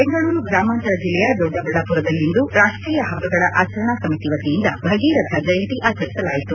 ಬೆಂಗಳೂರು ಗ್ರಾಮಾಂತರ ಜಿಲ್ಲೆಯ ದೊಡ್ಡಬಳ್ಳಾಪುರದಲ್ಲಿಂದು ರಾಷ್ಷೀಯ ಹಬ್ಬಗಳ ಆಚರಣಾ ಸಮಿತಿ ವತಿಯಿಂದ ಭಗೀರಥ ಜಯಂತಿ ಆಚರಿಸಲಾಯಿತು